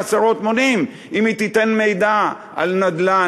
עשרות מונים אם היא תיתן מידע על נדל"ן,